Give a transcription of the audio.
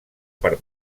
per